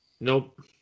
Nope